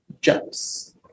jumps